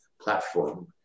platform